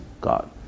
God